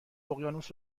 اقیانوس